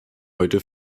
heute